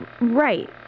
right